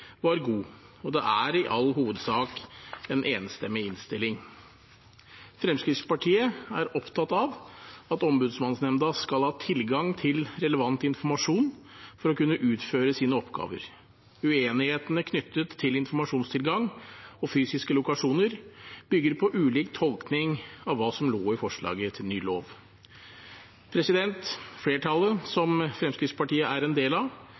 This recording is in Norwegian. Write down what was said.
var god, og det er i all hovedsak en enstemmig innstilling. Fremskrittspartiet er opptatt av at Ombudsmannsnemnda skal ha tilgang til relevant informasjon for å kunne utføre sine oppgaver. Uenighetene knyttet til informasjonstilgang og fysiske lokasjoner bygger på ulik tolkning av hva som lå i forslaget til ny lov. Flertallet, som Fremskrittspartiet er en del av,